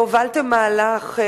הובלתם מהלך,